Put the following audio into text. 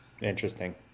Interesting